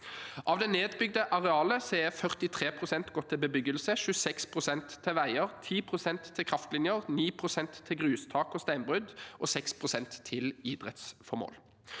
Av det nedbygde arealet er 43 pst. gått til bebyggelse, 26 pst. til veier, 10 pst. til kraftlinjer, 9 pst. til grustak og steinbrudd og 6 pst. til idrettsformål.